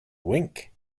wink